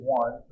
one